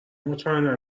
مطمئنا